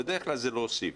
בדרך כלל זה להוסיף,